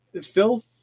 filth